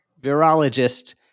virologist